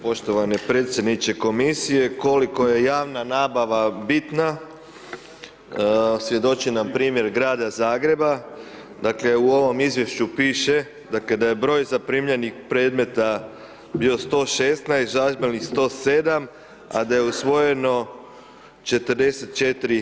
Poštovani predsjedniče Komisije, koliko je javna nabava bitna, svjedoči nam primjer Grada Zagreba, dakle, u ovom izvješću piše, da je broj zaprimljenih predmeta bio 116, … 107 a da je usvojeno 44%